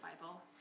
bible